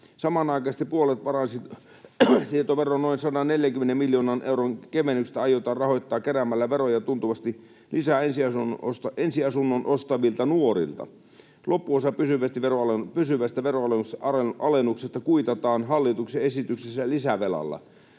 Samanaikaisesti puolet varainsiirtoveron noin 140 miljoonan euron kevennyksestä aiotaan rahoittaa keräämällä tuntuvasti lisää veroja ensiasunnon ostavilta nuorilta. Loppuosa pysyvästä veronalennuksesta kuitataan hallituksen esityksessä lisävelalla.